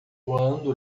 voando